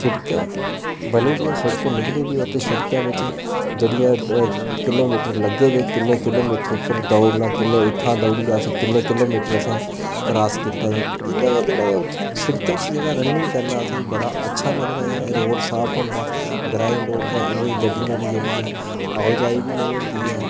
शिड़कें बनी दी शिड़क निकली दी प्ही उत्त शिड़कै बिच निकली दी किलोमीटर लग्गे दे कि'न्नै किलोमीटर दौड़ना इत्थां दौड़ियै अस कि'न्ने किलोमीटर असें क्रॉस कीता ऐ ते इं'या गै जेह्ड़ा ऐ उत्थें शिड़कै च रनिंग करना असेंगी बड़ा अच्छा लगदा ऐ रोड़ साफ होंदा ग्रांईं लोकें इन्नी गड्डियें दी आओ जाई बी निं होंदी ऐ